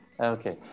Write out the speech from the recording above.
okay